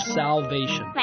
salvation